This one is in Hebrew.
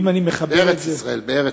בארץ-ישראל.